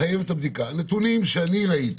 הנתונים שאני ראיתי